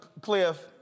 Cliff